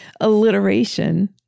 alliteration